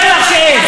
אני אומר לך שאין.